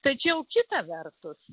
tačiau kita vertus